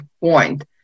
point